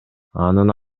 анын